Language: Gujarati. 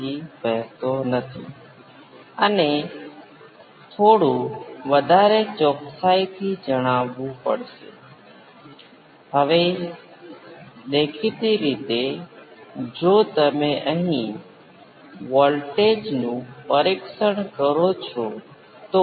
આ કિસ્સામાં આપણે આ બે ઇનપુટ્સને સુપરપોઝ કરવા શું કરી શકીએ કે આને 1 સાથે અને આને j દ્વારા ગુણાકાર કરીએ જે 1 નું વર્ગમૂળ છે અને જ્યારે આપણે તે કરીએ છીએ ત્યારે મારું input V p exponential jωt 5 બને છે અને તે ખરેખર છે જે વાસ્તવિક પ્રગતિ સાથે આ જ રેખીય પ્રણાલીમાં જાય છે